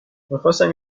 میخواستم